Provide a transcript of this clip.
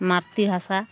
মাতৃভাষা